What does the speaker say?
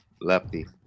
Lefty